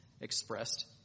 expressed